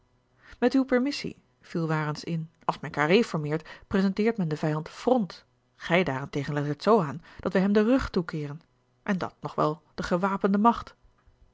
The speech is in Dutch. met uw permissie viel warens in als men carré formeert presenteert men den vijand front gij daarentegen legt het z aan dat wij hem den rug toekeeren en dat nog wel de gewapende macht